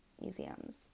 museums